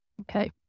Okay